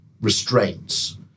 restraints